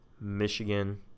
Michigan